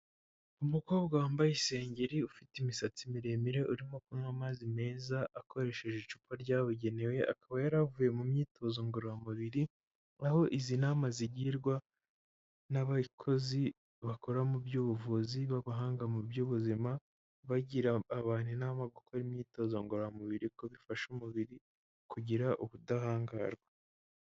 Umukobwa wambaye isengeri ufite imisatsi miremire urimo kunywa amazi meza akoresheje icupa ryabugenewe akaba yaravuye mu myitozo ngororamubiri ;aho izi nama zigirwa n'abakozi bakora mu by'ubuvuzi babahanga mu by'ubuzima Aho bagira abantu inama gukora imyitozo ngororamubiri ko bifasha umubiri kugira ubudahangarwa.